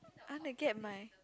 I want to get my